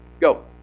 go